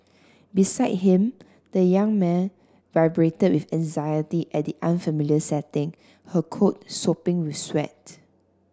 beside him the young mare vibrated with anxiety at the unfamiliar setting her coat sopping with sweat